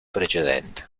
precedente